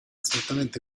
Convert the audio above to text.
strettamente